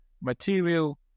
Material